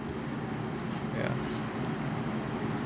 ya